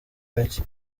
mike